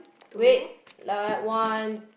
wait like one